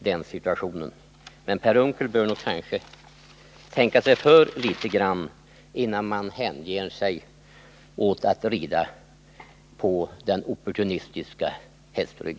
Men, Per Unckel, man bör nog tänka sig för litet grand innan man hänger sig åt att opportunistiskt rida på denna hästrygg.